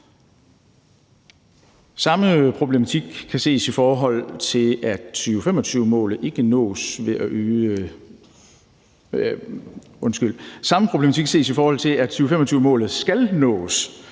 Samme problematik kan ses, i forhold til at 2025-målet skal nås